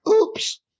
Oops